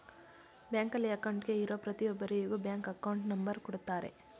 ಬ್ಯಾಂಕಲ್ಲಿ ಅಕೌಂಟ್ಗೆ ಇರೋ ಪ್ರತಿಯೊಬ್ಬರಿಗೂ ಬ್ಯಾಂಕ್ ಅಕೌಂಟ್ ನಂಬರ್ ಕೊಡುತ್ತಾರೆ